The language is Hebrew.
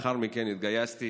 לאחר מכן התגייסתי